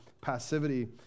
passivity